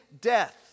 death